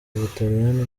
butaliyani